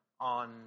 on